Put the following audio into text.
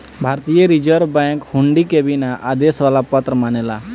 भारतीय reserve bank हुंडी के बिना आदेश वाला पत्र मानेला